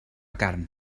carn